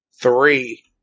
Three